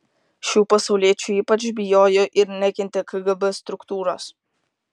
šių pasauliečių ypač bijojo ir nekentė kgb struktūros